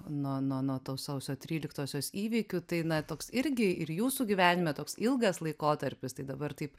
nuo nuo nuo tos sausio tryliktosios įvykių tai na toks irgi ir jūsų gyvenime toks ilgas laikotarpis tai dabar taip